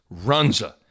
Runza